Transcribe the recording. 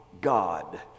God